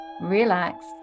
relax